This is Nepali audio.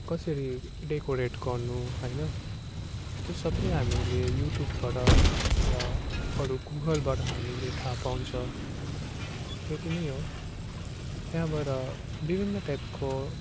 कसरी डेकोरेट गर्नु होइन त्यो सबै हामीले युट्युबबाट या अरू गुगलबाट हामीले थाह पाउँछ त्यति नै हो त्यहाँबाट विभिन्न टाइपको